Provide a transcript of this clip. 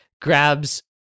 grabs